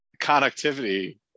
connectivity